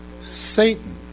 Satan